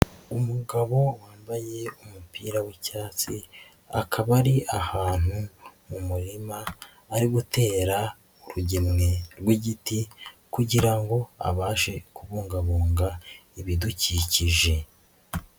Umugabo wambaye umupira w'icyatsi akaba ari ahantu mu murima ari gutera urugemwe rw'igiti kugira ngo abashe kubungabunga ibidukikije.